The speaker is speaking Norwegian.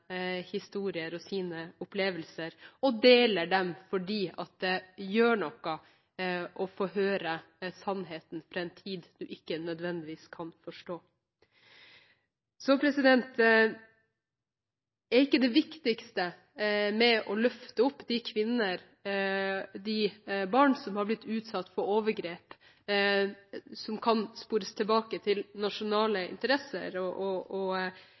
historier og sine opplevelser og deler dem, fordi det gjør noe å få høre sannheten fra en tid man ikke nødvendigvis kan forstå. Det viktigste med å løfte opp de kvinner og barn som har blitt utsatt for overgrep som kan spores tilbake til nasjonale interesser og